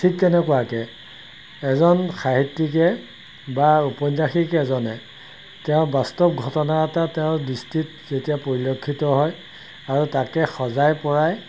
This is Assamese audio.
ঠিক তেনেকুৱাকে এজন সাহিত্যিকে বা উপন্যাসিক এজনে তেওঁ বাস্তৱ ঘটনা এটা তেওঁৰ দৃষ্টিত যেতিয়া পৰিলক্ষিত হয় আৰু তাকে সজাই পৰাই